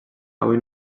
avui